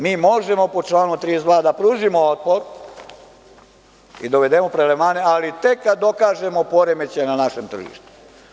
Mi možemo po članu 32. da pružimo otpor i da uvedemo prelevmane, ali tek kad dokažemo poremećaje na našem tržištu.